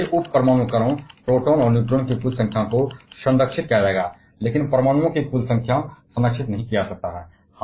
और इसलिए प्रोटॉन और न्यूट्रॉन के उप परमाणु कणों की कुल संख्या को संरक्षित किया जाएगा लेकिन कुल संख्या परमाणुओं को संरक्षित नहीं किया जा सकता है